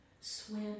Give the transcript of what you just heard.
swim